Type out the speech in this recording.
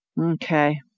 Okay